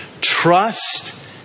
Trust